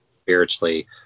spiritually